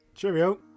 Cheerio